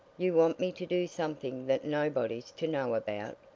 you want me to do something that nobody's to know about?